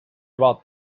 about